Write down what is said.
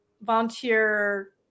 volunteer